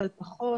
אבל פחות,